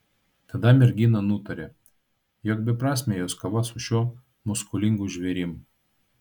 tada mergina nutarė jog beprasmė jos kova su šiuo muskulingu žvėrim